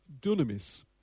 dunamis